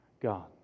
God